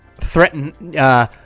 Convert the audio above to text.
threaten